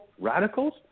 radicals